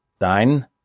Dein